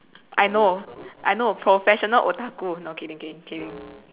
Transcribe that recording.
I know I know professional no kidding kidding kidding